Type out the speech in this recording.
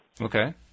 Okay